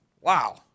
Wow